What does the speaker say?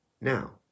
now